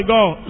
God